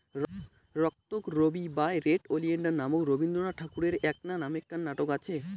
রক্তকরবী বা red oleander নামক রবীন্দ্রনাথ ঠাকুরের এ্যাকনা নামেক্কার নাটক আচে